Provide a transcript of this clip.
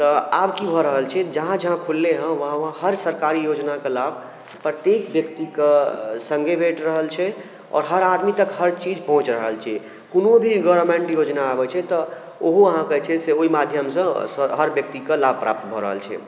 तऽ आब कि भऽ रहल छै जहाँ जहाँ खुललैहँ उहाँ उहाँ हर सरकारी योजनाके लाभ प्रत्येक व्यक्तिके सङ्गे भेट रहल छै आओर हर आदमी तक हर चीज पहुँच रहल छै कुनो भी गोरमेन्ट योजना अबै छै तऽ ओहो अहाँक छै ओइ माध्यमसँ सँ हर व्यक्तिके लाभ प्राप्त भऽ रहल छै